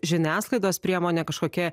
žiniasklaidos priemonė kažkokia